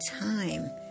time